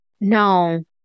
No